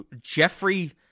Jeffrey